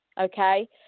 okay